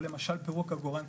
למשל גם פירוק עגורן.